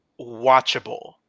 watchable